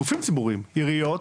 גופים ציבוריים, הכוונה עיריות,